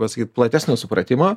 pasakyt platesnio supratimo